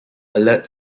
alert